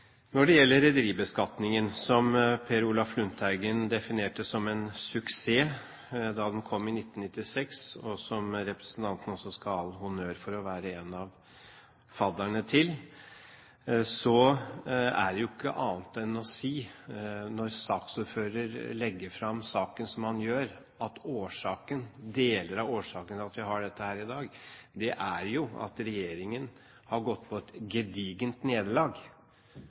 Når det gjelder rederibeskatningen, som Per Olaf Lundteigen definerte som «en suksess» da den kom i 1996, og som representanten også skal ha all honnør for å være en av fadderne til, er det jo ikke annet å si – når saksordføreren legger fram saken som han gjør – at deler av årsaken til at vi har dette i dag, er at regjeringen har gått på et gedigent nederlag